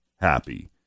happy